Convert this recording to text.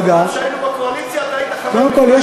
איך היית חבר מפלגה כל כך הרבה זמן?